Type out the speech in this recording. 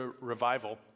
revival